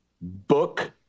book